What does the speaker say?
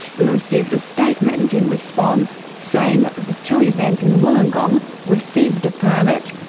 we received a statement in response saying the two events in wollongong received a permit,